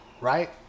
right